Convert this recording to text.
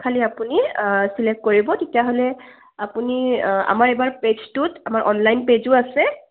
খালী আপুনি চিলেক্ট কৰিব তেতিয়াহ'লে আপুনি আমাৰ এইবাৰ পেজটোত আমাৰ অনলাইন পেজো আছে